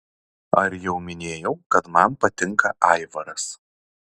ar jau minėjau kad man patinka aivaras